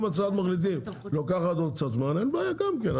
אם הצעת מחליטים לוקחת עוד קצת זמן אין בעיה גם כן,